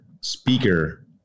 speaker